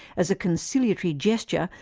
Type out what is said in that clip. as a conciliatory gesture,